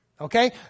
Okay